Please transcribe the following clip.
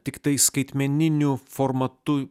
tiktai skaitmeniniu formatu